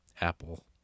Apple